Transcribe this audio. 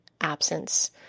absence